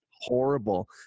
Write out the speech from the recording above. Horrible